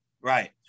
Right